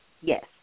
Yes